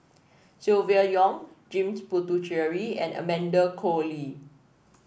Silvia Yong James Puthucheary and Amanda Koe Lee